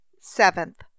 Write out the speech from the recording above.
Seventh